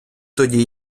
тоді